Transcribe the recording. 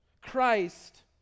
Christ